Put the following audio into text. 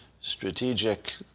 strategic